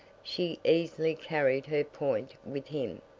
she easily carried her point with him.